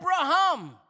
Abraham